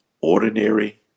ordinary